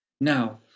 Now